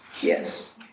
yes